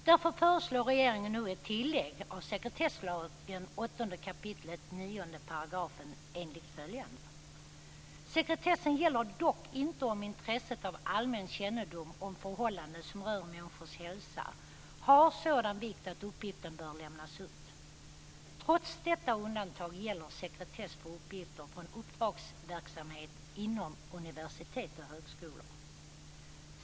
Därför föreslår regeringen nu ett tillägg till sekretesslagen 8 kap. 9 § enligt följande: "Sekretessen gäller dock inte om intresset av allmän kännedom om förhållande som rör människors hälsa har sådan vikt att uppgiften bör lämnas ut. Trots detta undantag gäller sekretess för uppgift från uppdragsverksamhet inom universitet och högskolor.